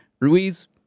Ruiz